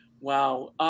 Wow